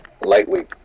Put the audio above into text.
lightweight